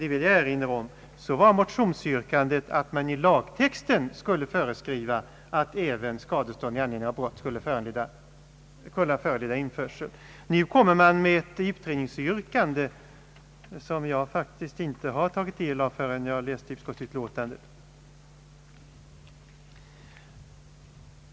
Jag vill erinra om att vid utskottsbehandlingen fanns det ett motionsyrkande om att man i lagtexten skulle föreskriva att även skadestånd i anledning av brott skulle kunna föranleda införsel. Nu kommer man i reservationen med ett utredningsyrkande som jag faktiskt inte tagit del av förrän jag läst utskottsutlåtandet.